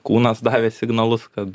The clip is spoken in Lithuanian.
kūnas davė signalus kad